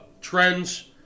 Trends